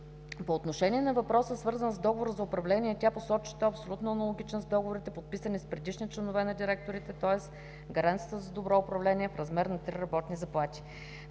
По отношение на въпроса, свързан с договора за управление, тя посочи, че той е абсолютно аналогичен с договорите, подписани с предишните членове на директорите, тоест гаранцията за добро управление е в размер на 3 работни заплати.